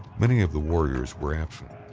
many of the warriors were absent,